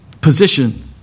position